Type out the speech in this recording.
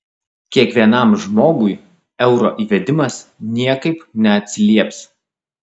kiekvienam žmogui euro įvedimas niekaip neatsilieps